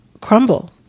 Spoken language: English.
crumble